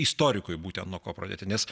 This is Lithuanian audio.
istorikui būtent nuo ko pradėti nes